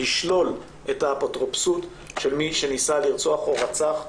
לשלול את האפוטרופסות של מי שניסה לרצוח או רצח,